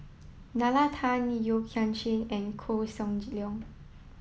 Nalla Tan Yeo Kian Chye and Koh Seng Leong